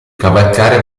cavalcare